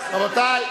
רבותי,